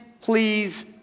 please